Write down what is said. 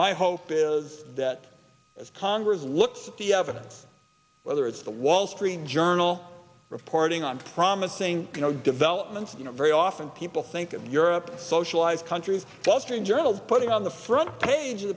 my hope is that as congress looks at the evidence whether it's the wall street journal reporting on promising developments you know very often people think of europe socialized countries wall street journal putting on the front page of